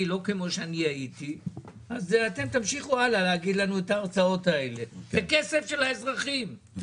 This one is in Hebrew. זה כסף של האזרחים.